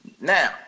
Now